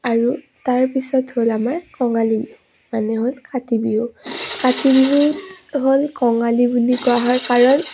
আৰু তাৰপিছত হ'ল আমাৰ কঙালী বিহু মানে হ'ল কাতি বিহু কাতি বিহুত হ'ল কঙালী বুলি কোৱা হয় কাৰণ